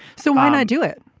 so why not do it.